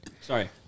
sorry